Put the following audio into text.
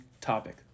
topic